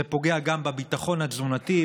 זה פוגע גם בביטחון התזונתי,